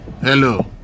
Hello